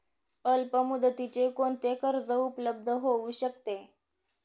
अल्पमुदतीचे कोणते कर्ज उपलब्ध होऊ शकते?